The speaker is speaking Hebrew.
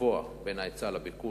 גבוה בין ההיצע לביקוש.